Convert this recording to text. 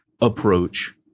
approach